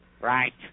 Right